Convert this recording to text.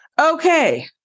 Okay